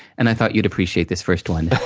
and, i thought you'd appreciate this first one.